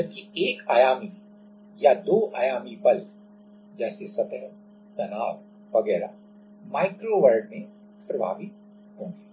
जबकि एक आयामी या दो आयामी बल जैसे सतह तनाव वगैरह माइक्रो वर्ल्ड में प्रभावी होंगे